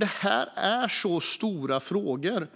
Det här är så stora frågor